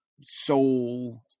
soul